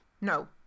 No